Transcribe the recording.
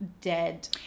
dead